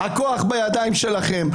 הכוח בידיכם.